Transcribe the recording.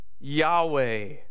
Yahweh